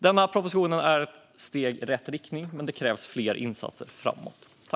Denna proposition är ett steg i rätt riktning, men det krävs fler insatser framåt.